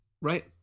Right